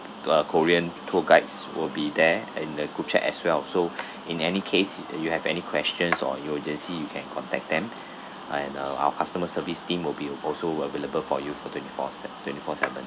uh korean tour guides will be there and uh could chat as well so in any case you you have any questions or emergency you can contact them and uh our customer service team will be also available for you for twenty four se~ twenty four seven